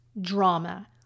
Drama